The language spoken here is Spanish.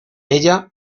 ella